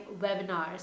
webinars